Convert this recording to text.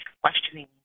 questioning